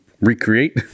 recreate